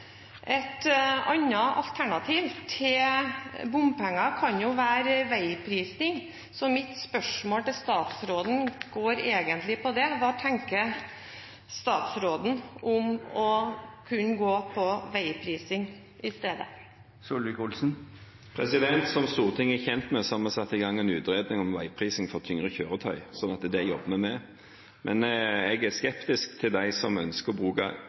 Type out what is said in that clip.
alternativ til bompenger kan være veiprising, så mitt spørsmål til statsråden går på det. Hva tenker statsråden om å kunne gå for veiprising i stedet? Som Stortinget er kjent med, har vi satt i gang en utredning om veiprising for tyngre kjøretøy. Det jobber vi med. Men jeg er skeptisk til dem som ønsker å bruke